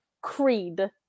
creed